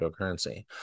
cryptocurrency